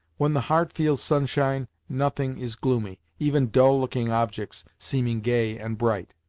when the heart feels sunshine, nothing is gloomy, even dull looking objects, seeming gay and bright,